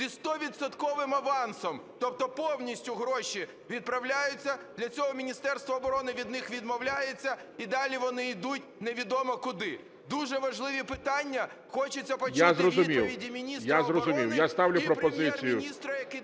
Я зрозумів. Я ставлю пропозицію